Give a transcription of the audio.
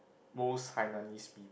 most Hainanese peop~